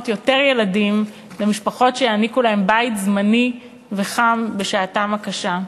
יותר ילדים למשפחות שיעניקו להם בית זמני וחם בשעתם הקשה.